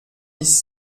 dix